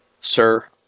Sir